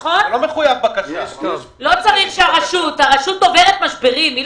הרשות עוברת משברים.